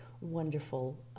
wonderful